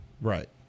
Right